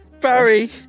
barry